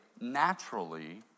naturally